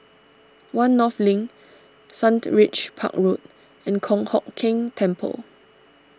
one North Link Sundridge Park Road and Kong Hock Keng Temple